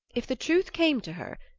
if the truth came to her,